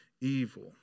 evil